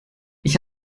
ich